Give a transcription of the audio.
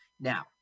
now